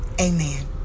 amen